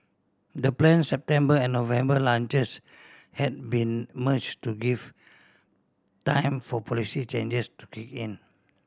the plan September and November launches had been merge to give time for policy changes to kick in